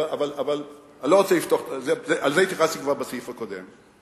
אבל לזה התייחסתי כבר בסעיף הקודם.